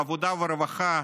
בעבודה ורווחה,